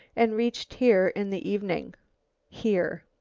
and reached here in the evening here?